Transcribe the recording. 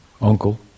uncle